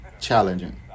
Challenging